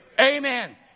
Amen